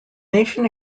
nation